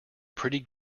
pretty